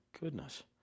goodness